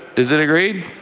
is it agreed?